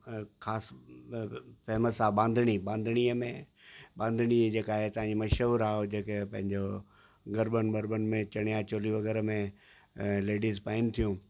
ख़ासि फेमस आहे बांधणी बांधणीअ में बांधणी जेका आहे हितां जी मशहूरु आहे उहो जेके पंहिंजो गरबनि वरबन में चणिया चौली वग़ैरह में ऐं लैडीस पाइनि थियूं